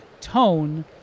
tone